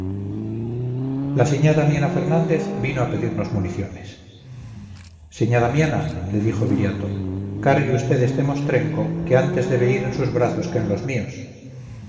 la señá damiana fernández vino a pedirnos municiones señá damiana le dijo viriato cargue usted este mostrenco que antes debe ir en sus brazos que en los míos